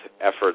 efforts